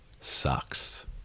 sucks